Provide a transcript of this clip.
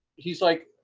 he's like,